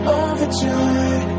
overjoyed